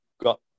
got